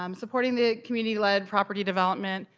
um supporting the community led property development,